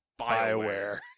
Bioware